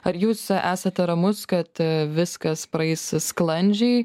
ar jūs esate ramus kad viskas praeis sklandžiai